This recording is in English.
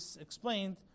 explained